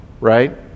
right